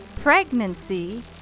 pregnancy